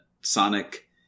sonic